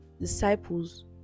disciples